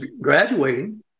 graduating